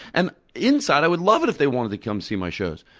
and inside i would love it if they wanted to come see my shows.